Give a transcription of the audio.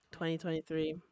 2023